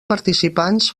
participants